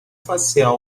facial